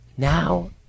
Now